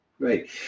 Great